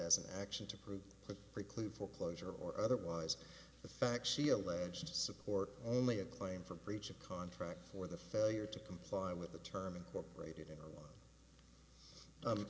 as an action to prove that preclude foreclosure or otherwise the fact she alleges support only a claim for breach of contract for the failure to comply with the term incorporated in